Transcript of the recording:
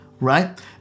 right